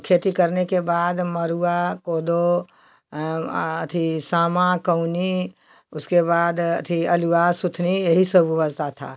खेती करने के बाद मरुआ कोदो अथी सामा कौनी उसके बाद अथी अलुहा सुथनी यही सब उपजाता था